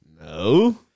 No